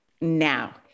now